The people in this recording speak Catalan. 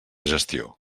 gestió